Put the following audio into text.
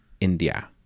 India